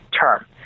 term